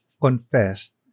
confessed